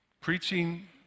preaching